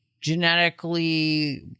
genetically